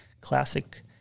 classic